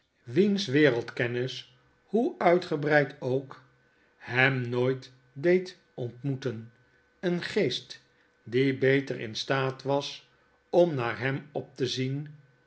wiens wereldkennis hoe uitgebreid ook hem nooit deed ontmoeten een geest die beter in staat was omnaarhemoptezien vreemdeling sta stil en